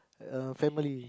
uh family